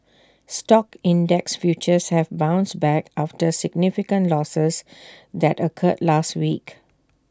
stock index futures have bounced back after significant losses that occurred last week